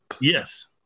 Yes